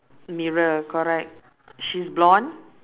mirror correct she's blonde